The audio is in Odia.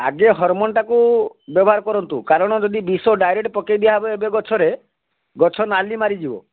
ଆଗେ ହରମୋନ୍ ଟାକୁ ବ୍ୟବହାର କରନ୍ତୁ କାରଣ ଯଦି ବିଷ ଡାଇରେକ୍ଟ ପକେଇ ଦିଆହେବ ଏବେ ଗଛରେ ଗଛ ନାଲି ମାରିଯିବ